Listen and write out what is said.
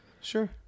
Sure